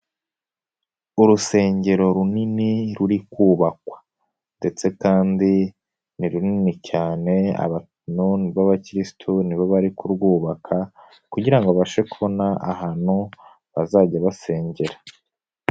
Urusengero runini ruri kubakwa ndetse kandi ni runini cyane abantu b'abakirisitu ni bo bari kurwubaka kugira ngo babashe kubona ahantu bazajya basengera.